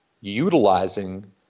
utilizing